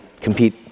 compete